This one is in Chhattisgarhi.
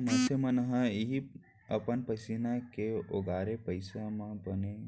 मनसे मन ह इहीं अपन पसीना के ओगारे पइसा म रहें